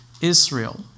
Israel